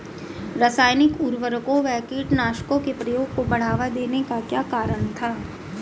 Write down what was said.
रासायनिक उर्वरकों व कीटनाशकों के प्रयोग को बढ़ावा देने का क्या कारण था?